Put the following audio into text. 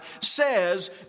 says